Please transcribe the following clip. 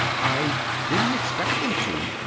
i didn't expect them to.